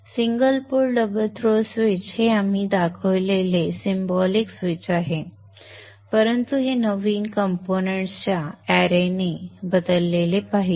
single pole double throw switch हे आपण दाखवलेले सिंबोलिक स्विच आहे परंतु हे नवीन कंपोनेंट्स च्या अॅरेने बदलले पाहिजे